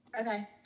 Okay